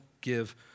give